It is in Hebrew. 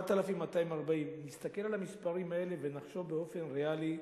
7,240. נסתכל על המספרים האלה ונחשוב באופן ריאלי,